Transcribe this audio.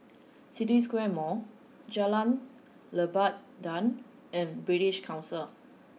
City Square Mall Jalan Lebat Daun and British Council